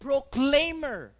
Proclaimer